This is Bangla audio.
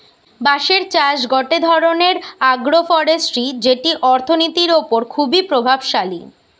বাঁশের চাষ গটে ধরণের আগ্রোফরেষ্ট্রী যেটি অর্থনীতির ওপর খুবই প্রভাবশালী